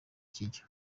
kijya